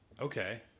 okay